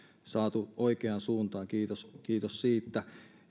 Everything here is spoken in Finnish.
saatu oikeaan suuntaan kiitos kiitos siitä